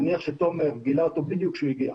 נניח שתומר גילה אותו בדיוק כשהוא הגיע.